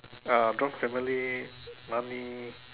uh drop family money